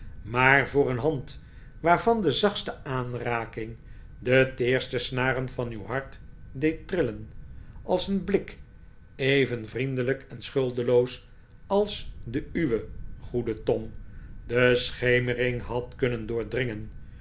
maar voor een hand waarvan de zachtste aanraking de teerste snaren van uw hart deed trillen als een blik even vriendelijk en schuldeloos als de uwe goede tom de schemering had kunnen doordringen